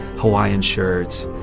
hawaiian shirts.